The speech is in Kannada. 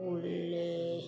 ಒಳ್ಳೆಯ